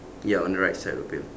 ya on the right side of it